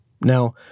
Now